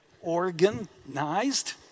organized